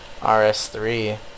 RS3